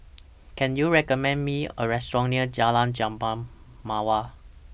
Can YOU recommend Me A Restaurant near Jalan Jambu Mawar